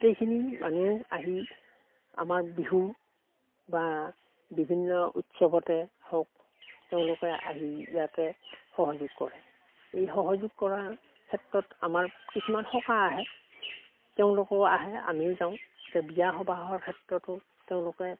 গোটেইখিনি মানুহেও আহি আমাৰ বিহু বা বিভিন্ন উৎসৱতে হওক তেওঁলোকে আহি ইয়াতে সহযোগ কৰে এই সহযোগ কৰা ক্ষেত্ৰত আমাৰ কিছুমান সকাহ আহে তেওঁলোকও আহে আমিও যাওঁ এতিয়া বিয়া সবাহৰ ক্ষেত্ৰতো তেওঁলোকে